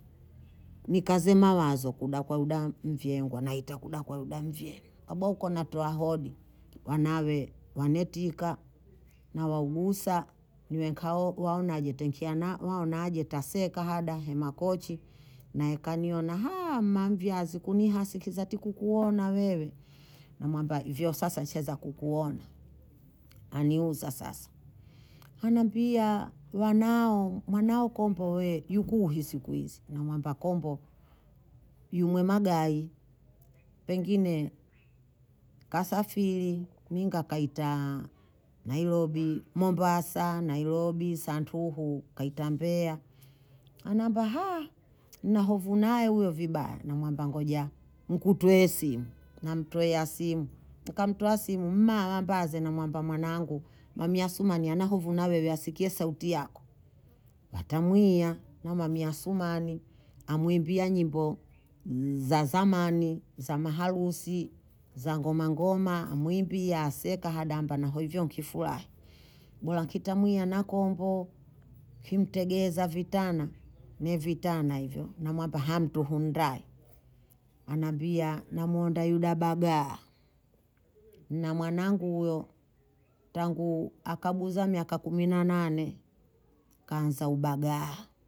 Nikaze mawazo kuda kwa huda mvyeengwa, naita kuda kwa huda mvyee, kaboko natoa hodi wanawe wanetika, nawaugusa niwenkao waonaje ntekia na waonaje taseka hada hema kochi, nae kaniona ma mvyazi kunihasi kiza ti kukuona wewe, namwamba hivyo sasa nshaaza kukuona, aniuza sasa, anambia wanao mwanao komboe yukuhi siku hizi, namwamba kombo yumwe magayi pengine kasafiri minga kaita Nairobi, Mombasa, Nairobi santuhu kaita Mbeya, anamba nahofu naye huyo vibaya, namwamba ngoja nkutwoe simu, namtwoea simu, nkamtwoea simu mma wambaze, namwamba mwanangu mami athumani anahovu na wewe asikie sauti yako, atamwiya mama mi athumani amwimbia nyimbo z- zamani, za maharusi, za ngomangoma amwimbia aseka hada amba na hivyo nkifurahi, bora nkitamwiya na kombo kimtegeza vitana ne vitana hivyo, namwamba hamtu hundaa, anambia namhonda yuda bagaha, nna mwanangu huyo tangu akabuza miaka kumi na nane kaanza ubagaha